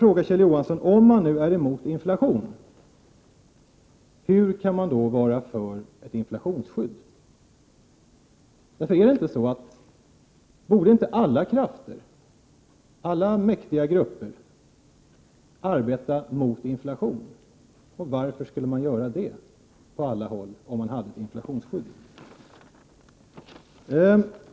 Om nu Kjell Johansson är emot inflation, hur kan han då vara för ett inflationsskydd? Borde inte alla krafter, alla mäktiga grupper arbeta mot inflation, och varför skulle man göra det på alla håll om man hade ett inflationsskydd?